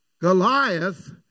Goliath